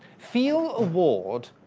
feel award,